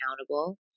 accountable